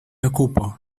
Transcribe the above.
ocupo